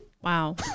Wow